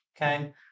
Okay